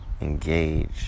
engage